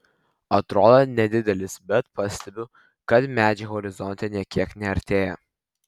atrodo nedidelis bet pastebiu kad medžiai horizonte nė kiek neartėja